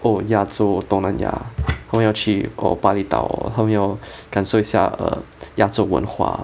oh 亚洲东南亚他们要去哦巴厘岛他们要感受一下 err 亚洲文化